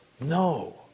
No